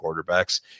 quarterbacks